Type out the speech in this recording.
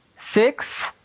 six